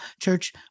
Church